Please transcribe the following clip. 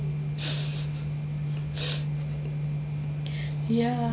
ya